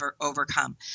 overcome